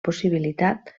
possibilitat